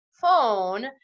phone